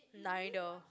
neither